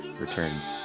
returns